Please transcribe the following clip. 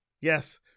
Yes